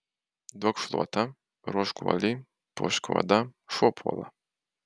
duok šluotą ruošk guolį puošk kuodą šuo puola